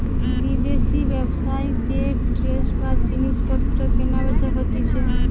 বিদেশি ব্যবসায় যে ট্রেড বা জিনিস পত্র কেনা বেচা হতিছে